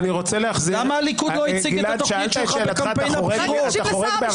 למה לא הצגת את התכנית שלך לפני הבחירות?